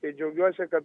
tai džiaugiuosi kad